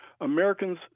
Americans